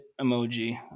emoji